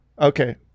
Okay